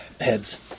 Heads